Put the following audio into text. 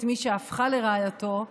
את מי שהפכה לרעייתו,